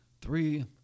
three